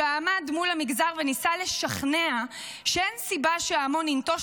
שעמד מול המגזר וניסה לשכנע שאין סיבה שההמון ייטוש